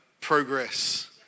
progress